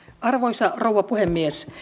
arvoisa rouva puhemies